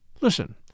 Listen